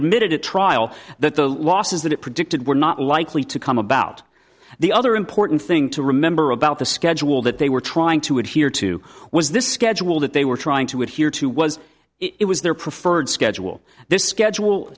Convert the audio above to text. emitted a trial that the losses that it predicted were not likely to come about the other important thing to remember about the schedule that they were trying to adhere to was this schedule that they were trying to adhere to was it was their preferred schedule their schedule